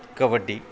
kabaddi